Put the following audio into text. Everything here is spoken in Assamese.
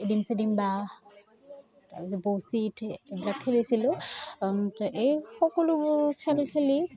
এডিম চেডিম বা তাৰ পিছত বৌচিত এইবিলাক খেলিছিলোঁ এই সকলোবোৰ খেল খেলি